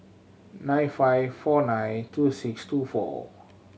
nine five four nine two six two four